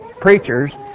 preachers